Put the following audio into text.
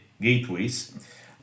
gateways